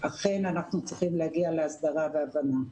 אכן אנחנו צריכים להגיע להסדרה והבנה.